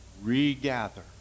Regather